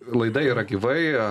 laida yra gyvai